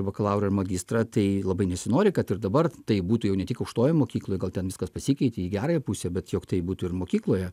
bakalaurą ir magistrą tai labai nesinori kad ir dabar tai būtų jau ne tik aukštojoj mokykloj gal ten viskas pasikeitė į gerąją pusę bet jog tai būtų ir mokykloje